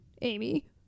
Amy